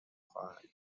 خواهند